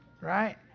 right